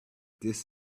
this